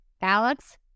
Alex